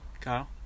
Kyle